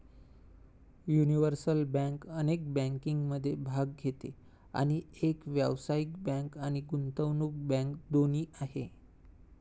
universal bank अनेक बँकिंगमध्ये भाग घेते आणि एक व्यावसायिक बँक आणि गुंतवणूक बँक दोन्ही आहे